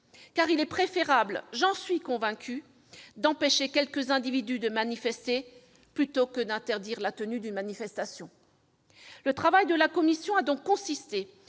Il est préférable, j'en suis convaincue, d'empêcher quelques individus de manifester plutôt que d'interdire la tenue d'une manifestation. Dans cette perspective, la commission a complété